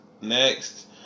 Next